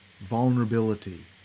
vulnerability